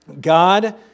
God